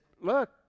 look